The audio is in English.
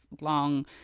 long